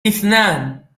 إثنان